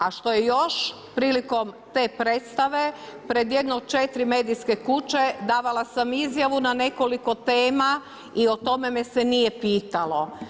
A što je još prilikom te predstave, pred jedno četiri medijske kuće davala sam izjavu na nekoliko tema i o tome me se nije pitalo.